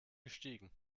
gestiegen